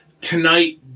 tonight